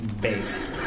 base